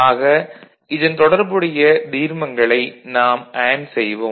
ஆக இதன் தொடர்புடைய தீர்மங்களை நாம் அண்டு செய்வோம்